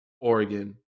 Oregon